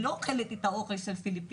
היא לא אוכלת את האוכל של הפיליפינים,